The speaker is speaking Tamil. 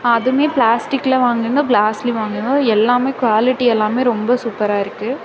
அதுவுமே பிளாஸ்டிகில் வாங்கிருந்தோம் கிளாஸ்லேயும் வாங்கிருந்தோம் எல்லாமே குவாலிட்டி எல்லாமே ரொம்ப சூப்பராக இருக்குது